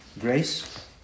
grace